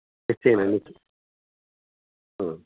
निश्चयेन निश् हा